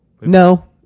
no